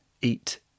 eat